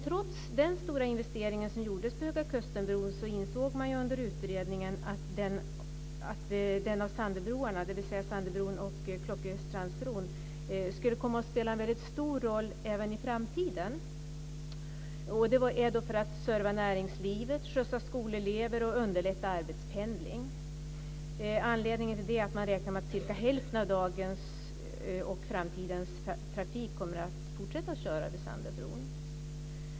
Trots den stora investering som gjordes i Höga kusten-bron insåg man under utredningen att Sandöbroarna, dvs. Sandöbron och Klockestrandsbron, skulle komma att spela en mycket stor roll även i framtiden, för att serva näringslivet, skjutsa skolelever och underlätta arbetspendling. Anledningen till det är att man räknar med att cirka hälften av dagens och framtidens trafik kommer att fortsätta att köra över Sandöbron.